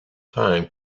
time